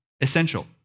essential